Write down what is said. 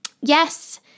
yes